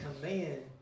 command